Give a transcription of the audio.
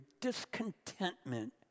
discontentment